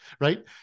right